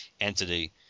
entity